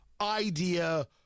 idea